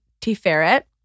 T-Ferret